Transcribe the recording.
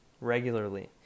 regularly